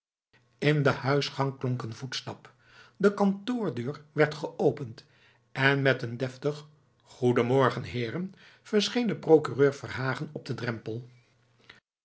in de huisgang klonk een voetstap de kantoordeur werd geopend en met een deftig goeden morgen heeren verscheen de procureur verhagen op den drempel